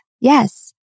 Yes